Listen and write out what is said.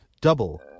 double